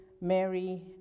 Mary